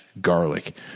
garlic